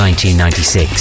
1996